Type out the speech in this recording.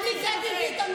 אבל זו החובה והמחויבות,